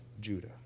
Judah